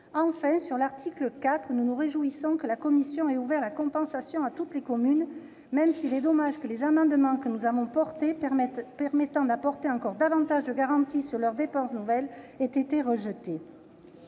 Sur l'article 4, nous nous réjouissons que la commission ait ouvert la compensation à toutes les communes, même s'il est dommage que les amendements que nous avons portés, lesquels visaient à apporter davantage de garanties sur leurs dépenses nouvelles, aient été rejetés.